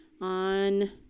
on